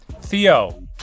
Theo